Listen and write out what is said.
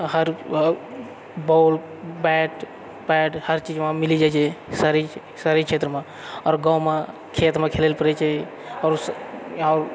हर ball bat pad हर चीज मिल जाइत छै शहरी शहरी क्षेत्रमे आओर गाँवमे खेतमे खेलै लऽ पड़ैत छै आओर यहाँ